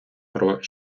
про